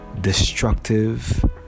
destructive